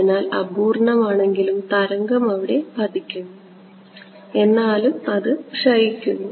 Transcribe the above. അതിനാൽ അപൂർണ്ണമാണെങ്കിലും തരംഗം അവിടെ പതിക്കുന്നു എന്നാലും അത് ക്ഷയിക്കുന്നു